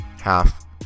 half